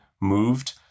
moved